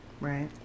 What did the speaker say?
right